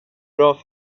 bra